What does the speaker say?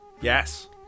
Yes